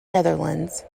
netherlands